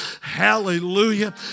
hallelujah